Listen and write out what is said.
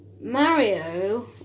Mario